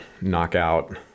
knockout